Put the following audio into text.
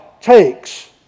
takes